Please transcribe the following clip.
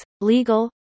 legal